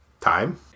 time